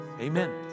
Amen